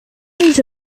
age